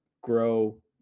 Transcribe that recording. grow